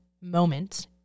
moment